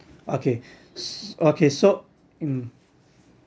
okay s~ okay so um